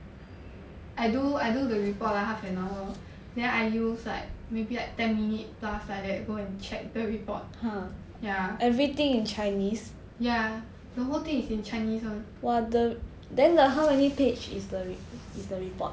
I do I do the report like half an hour then I use like maybe like ten minute plus like that go and check the report ya the whole thing is in chinese [one]